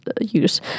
use